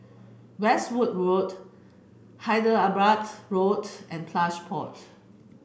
Westwood Road Hyderabad Road and Plush Pot